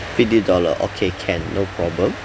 fifty dollar okay can no problem